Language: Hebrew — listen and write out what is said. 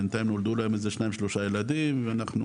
בינתיים נולדו להם איזה שניים-שלושה ילדים ואנחנו,